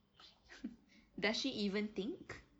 does she even think